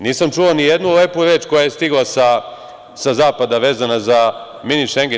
Nisam čuo nijednu lepu reč koja je stigla sa zapada vezana za mini Šenge.